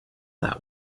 that